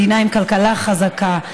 מדינה עם כלכלה חזקה,